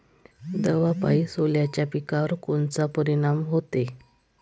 दवापायी सोल्याच्या पिकावर कोनचा परिनाम व्हते?